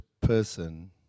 person